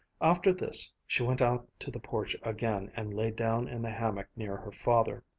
after this she went out to the porch again and lay down in the hammock near her father.